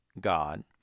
God